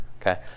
Okay